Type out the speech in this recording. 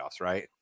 right